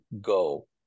go